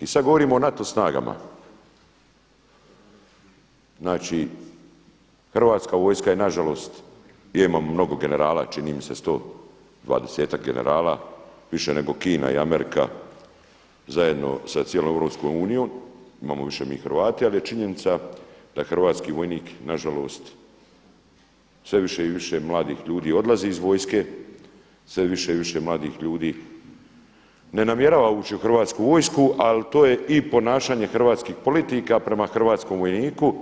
I sada govorimo o NATO snagama, znači hrvatska vojska je nažalost imamo mnogo generala čini mi se 120-ak generala, više nego Kina i Amerika zajedno sa cijelom EU, imamo više mi Hrvati, ali je činjenica da hrvatski vojnik nažalost sve više i više mladih ljudi odlazi iz vojske, sve više i više mladih ljudi ne namjerava ući u hrvatsku vojsku ali to je i ponašanje hrvatskih politika prema hrvatskom vojniku